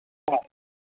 हा